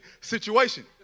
situation